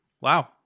Wow